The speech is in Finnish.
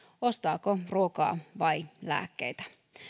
ostaako ruokaa vai lääkkeitä